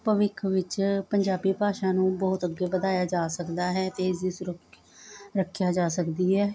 ਭਵਿੱਖ ਵਿੱਚ ਪੰਜਾਬੀ ਭਾਸ਼ਾ ਨੂੰ ਬਹੁਤ ਅੱਗੇ ਵਧਾਇਆ ਜਾ ਸਕਦਾ ਹੈ ਤੇ ਇਸ ਦੀ ਸੁਰੱਖਿਆ ਰੱਖਿਆ ਜਾ ਸਕਦੀ ਹੈ